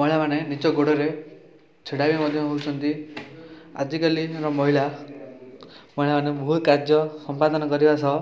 ମହିଳାମାନେ ନିଜ ଗୋଡ଼ରେ ଛିଡ଼ା ହୋଇ ମଧ୍ୟ ହେଉଛନ୍ତି ଆଜିକାଲିର ମହିଳା ମହିଳାମାନେ ବହୁତ କାର୍ଯ୍ୟ ସମ୍ପାଦନ କରିବା ସହ